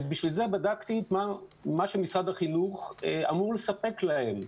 בשביל זה בדקתי מה שמשרד החינוך אמור לספק להם.